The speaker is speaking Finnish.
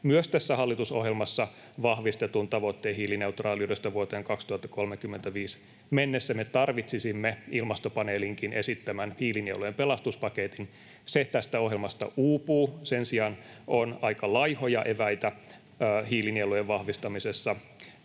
myös tässä hallitusohjelmassa vahvistetun tavoitteen hiilineutraaliudesta vuoteen 2035 mennessä. Me tarvitsisimme Ilmastopaneelinkin esittämän hiilinielujen pelastuspaketin. Se tästä ohjelmasta uupuu. Sen sijaan on aika laihoja eväitä hiilinielujen vahvistamisessa.